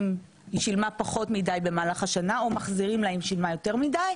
אם היא שילמה פחות מידי במהלך השנה ומחזירים לה אם שילמה יותר מידי,